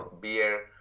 beer